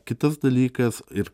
kitas dalykas ir